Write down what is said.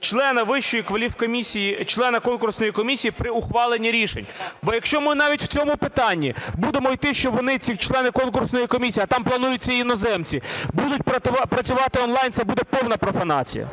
члена Вищої кваліфкомісії... члена конкурсної комісії при ухваленні рішень. Бо якщо ми навіть в цьому питанні будемо іти, що вони, ці члени конкурсної комісії, а там плануються і іноземці, будуть працювати онлайн, це буде повна профанація.